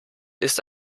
ist